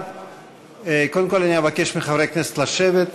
קודם כול אבקש מחברי הכנסת לשבת,